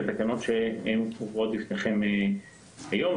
ואלה התקנות שמובאות לפניכם היום.